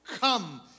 come